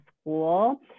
school